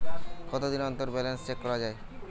কতদিন অন্তর balance check করা য়ায়?